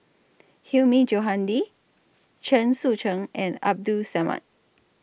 Hilmi Johandi Chen Sucheng and Abdul Samad